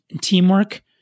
teamwork